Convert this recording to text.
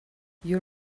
your